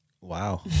Wow